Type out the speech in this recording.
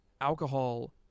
alcohol